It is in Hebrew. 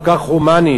כל כך הומנית.